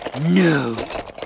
No